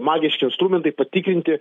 magiški instrumentai patikinti